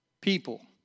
people